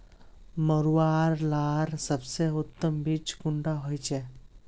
मरुआ लार सबसे उत्तम बीज कुंडा होचए?